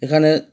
এখানে